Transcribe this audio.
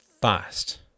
fast